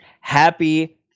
happy